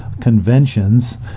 conventions